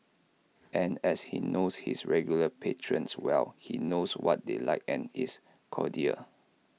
and as he knows his regular patrons well he knows what they like and is cordial